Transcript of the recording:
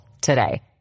today